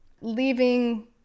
leaving